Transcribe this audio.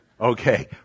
Okay